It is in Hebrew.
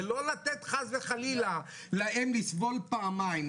ולא לתת להם חס וחלילה לסבול פעמיים,